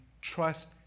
trust